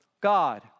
God